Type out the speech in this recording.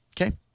Okay